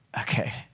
okay